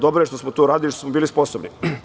Dobro je što smo to uradili i što smo bili sposobni.